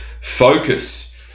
Focus